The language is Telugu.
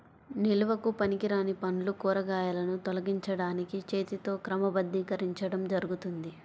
నిల్వకు పనికిరాని పండ్లు, కూరగాయలను తొలగించడానికి చేతితో క్రమబద్ధీకరించడం జరుగుతుంది